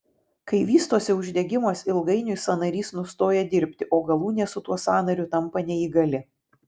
kai vystosi uždegimas ilgainiui sąnarys nustoja dirbti o galūnė su tuo sąnariu tampa neįgali